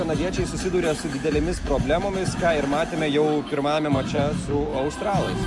kanadiečiai susiduria su didelėmis problemomis ką ir matėme jau pirmajame mače su australais